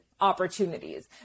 opportunities